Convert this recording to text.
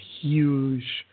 huge